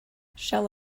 shall